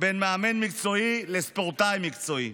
ובל יינתק בין מאמן מקצועי לספורטאי מקצועי.